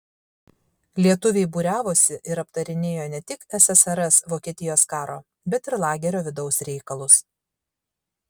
lietuviai būriavosi ir aptarinėjo ne tik ssrs vokietijos karo bet ir lagerio vidaus reikalus